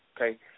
okay